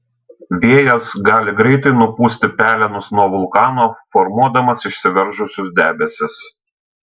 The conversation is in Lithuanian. vėjas gali greitai nupūsti pelenus nuo vulkano formuodamas išsiveržusius debesis